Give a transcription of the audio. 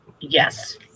Yes